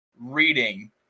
reading